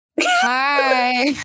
Hi